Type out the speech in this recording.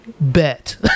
Bet